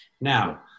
Now